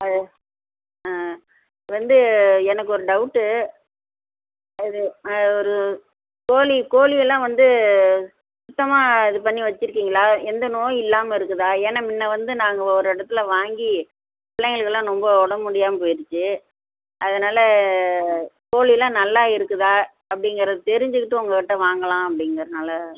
அது ஆ வந்து எனக்கு ஒரு டவுட்டு அது ஒரு கோழி கோழி எல்லாம் வந்து சுத்தமாக இதுப் பண்ணி வச்சுருக்கீங்களா எந்த நோயும் இல்லாமல் இருக்குதா ஏன்னால் முன்ன வந்து நாங்கள் ஒரு இடத்துல வாங்கிப் பிள்ளைங்களுக்கு எல்லாம் ரொம்ப உடம்பு முடியாமல் போயிடுச்சு அதனால் கோழில்லாம் நல்ல இருக்குதா அப்படிங்கறத தெரிஞ்சுக்கிட்டு உங்கக் கிட்டே வாங்கலாம் அப்படிங்குறனால